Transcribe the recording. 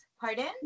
Pardon